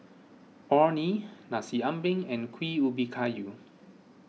Orh Nee Nasi Ambeng and Kueh Ubi Kayu